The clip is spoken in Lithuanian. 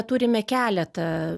turime keletą